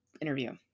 interview